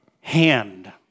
hand